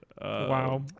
wow